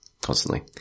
constantly